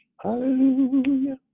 Hallelujah